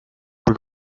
kui